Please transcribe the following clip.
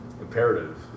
imperative